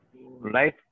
life